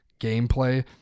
gameplay